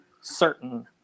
certain